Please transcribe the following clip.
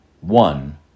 one